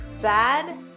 bad